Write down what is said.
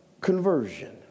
conversion